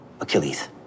Achilles